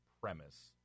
premise